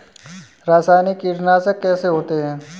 रासायनिक कीटनाशक कैसे होते हैं?